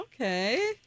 Okay